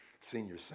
senior